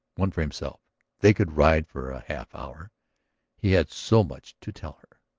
one for himself they could ride for a half-hour. he had so much to tell her.